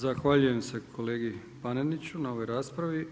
Zahvaljujem kolegi Paneniću na ovoj raspravi.